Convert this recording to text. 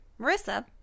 Marissa